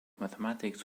mathematics